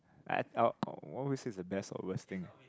always says the best or worst thing